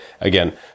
again